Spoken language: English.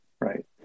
Right